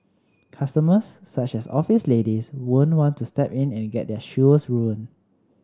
customers such as office ladies won't want to step in and get their shoes ruined